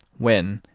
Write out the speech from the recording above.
when,